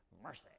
mercy